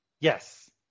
yes